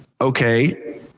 okay